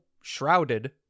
shrouded